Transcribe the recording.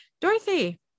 dorothy